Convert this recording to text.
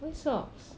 why socks